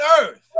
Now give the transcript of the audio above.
earth